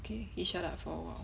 okay you shut up for awhile